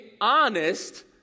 honest